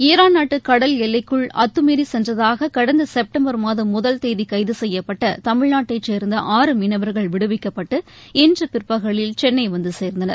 Iran நாட்டு கடல் எல்லைக்குள் அத்தமீறிச் சென்றதாக கடந்த செப்டம்பர் மாதம் முதல் தேதி கைது செய்யப்பட்ட தமிழ்நாட்டைச் சேர்ந்த ஆறு மீனவர்கள் விடுவிக்கப்பட்டு இன்று பிற்பகலில் சென்னை வந்து சேர்ந்தனர்